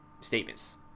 statements